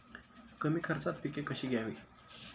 कमी खर्चात पिके कशी घ्यावी?